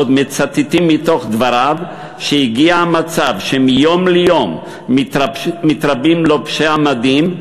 עוד מצטטים מתוך דבריו: שהגיע מצב שמיום ליום מתרבים לובשי המדים,